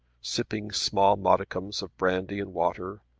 sipping small modicums of brandy and water,